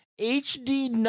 HD